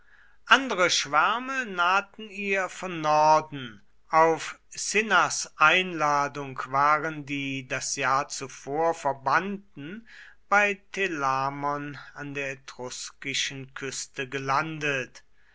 andere schwärme nahten ihr von norden auf cinnas einladung waren die das jahr zuvor verbannten bei telamon an der etruskischen küste gelandet